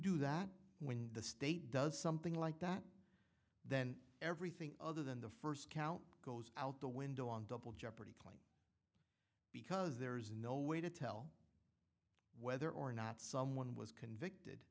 do that when the state does something like that then everything other than the first count goes out the window on double jeopardy claim because there is no way to tell whether or not someone was c